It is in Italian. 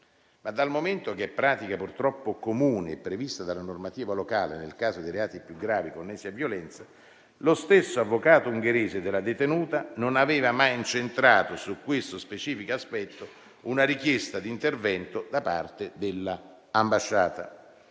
Ma, dal momento che è pratica purtroppo comune e prevista dalla normativa locale nel caso dei reati più gravi connessi a violenza, lo stesso avvocato ungherese della detenuta non aveva mai incentrato su questo specifico aspetto una richiesta di intervento da parte della ambasciata.